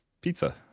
Pizza